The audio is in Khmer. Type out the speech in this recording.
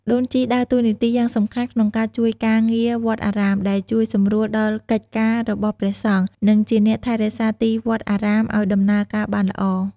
ដូនជីដើរតួនាទីយ៉ាងសំខាន់ក្នុងការជួយការងារវត្តអារាម ដែលជួយសម្រួលដល់កិច្ចការរបស់ព្រះសង្ឃ និងជាអ្នកថែរក្សាទីវត្តអារាមអោយដំណើរការបានល្អ។